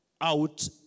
out